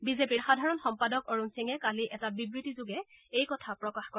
বিজেপিৰ সাধাৰণ সম্পাদক অৰুণ সিঙে কালি এটা বিবৃতিযোগে এই কথা প্ৰকাশ কৰে